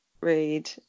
read